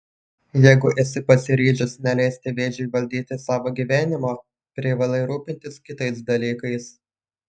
jeigu esi pasiryžęs neleisti vėžiui valdyti savo gyvenimo privalai rūpintis kitais dalykais